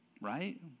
right